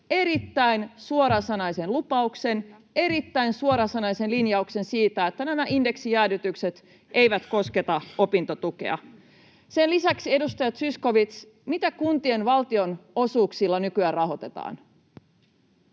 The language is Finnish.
erittäin suorasanaisen lupauksen, erittäin suorasanaisen linjauksen siitä, että nämä indeksijäädytykset eivät kosketa opintotukea. Sen lisäksi, edustaja Zyskowicz, mitä kuntien valtionosuuksilla nykyään rahoitetaan?